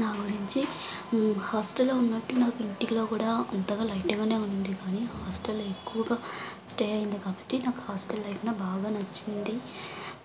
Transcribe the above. నా గురించి హాస్టల్లో ఉన్నట్టు నాకు ఇంటిలో కూడా అంతగా లైట్గానే ఉంది కాని హాస్టల్లో ఎక్కువగా స్టే అయింది కాబట్టి నాకు హాస్టల్ లైఫ్నే బాగా నచ్చింది